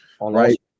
right